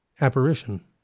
apparition